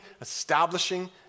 establishing